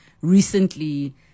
recently